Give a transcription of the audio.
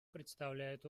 представляют